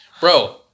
bro